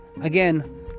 again